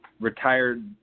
retired